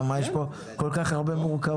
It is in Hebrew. כי יש פה כל כך הרבה מורכבות.